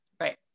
Right